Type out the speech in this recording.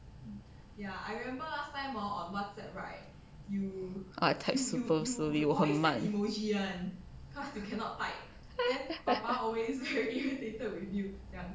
ah text people also very 慢